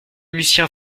lucien